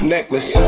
Necklace